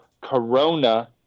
corona